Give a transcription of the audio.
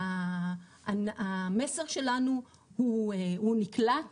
המסר שלנו הוא נקלט